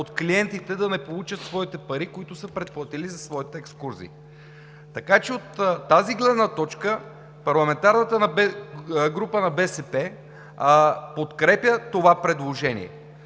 от клиентите да не получат парите, които са предплатили за своите екскурзии. Така че от тази гледна точка парламентарната група на БСП подкрепя това предложение.